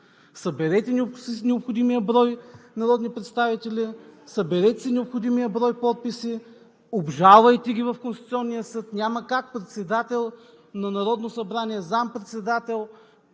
Съберете си необходимия брой народни представители, съберете си необходимия брой подписи, обжалвайте ги в Конституционния съд. Няма как председател на Народно събрание, заместник-председател,